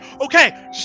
okay